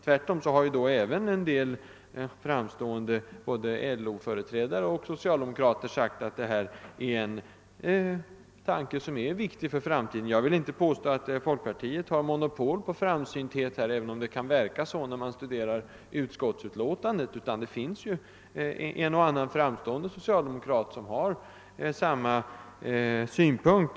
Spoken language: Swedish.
Tvärtom har då också en del framstående socialdemokrater och företrädare för LO sagt att detta är en tanke som kan bli viktig för framtiden. Jag vill inte påstå att folkpartiet har monopol på framsynthet, även om det kan verka så när man studerar andra lagutskottets förevarande utlåtande. Det finns också en och annan framstående socialdemokrat som har samma synpunkter.